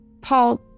Paul